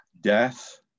death